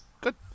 good